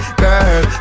girl